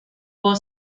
puedo